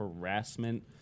harassment